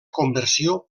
conversió